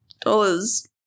dollars